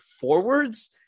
forwards